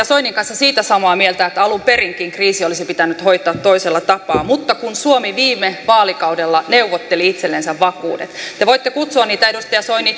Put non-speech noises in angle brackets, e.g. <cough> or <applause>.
<unintelligible> soinin kanssa siitä samaa mieltä että alun perinkin kriisi olisi pitänyt hoitaa toisella tapaa mutta kun suomi viime vaalikaudella neuvotteli itsellensä vakuudet te voitte kutsua niitä